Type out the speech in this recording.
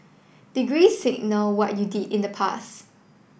degrees signal what you did in the pass